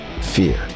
Fear